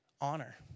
honor